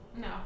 No